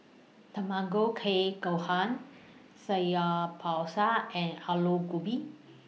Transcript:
Tamago Kake Gohan Samgyeopsal and Alu Gobi